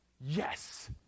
Yes